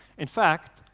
in fact,